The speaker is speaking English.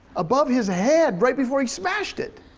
above his head right before he smashed it.